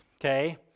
Okay